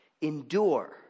endure